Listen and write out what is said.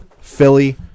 Philly